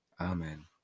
Amen